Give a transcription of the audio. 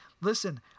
listen